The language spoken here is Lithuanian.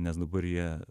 nes dabar jie